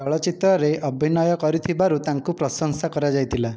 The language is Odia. ଚଳଚ୍ଚିତ୍ରରେ ଅଭିନୟ କରିଥିବାରୁ ତାଙ୍କୁ ପ୍ରଶଂସା କରାଯାଇଥିଲା